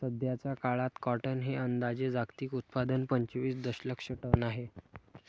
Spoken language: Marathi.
सध्याचा काळात कॉटन हे अंदाजे जागतिक उत्पादन पंचवीस दशलक्ष टन आहे